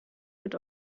mit